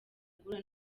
guhura